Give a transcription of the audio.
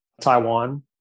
Taiwan